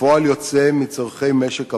כפועל יוצא מצורכי משק המים,